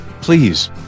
Please